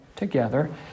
Together